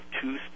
two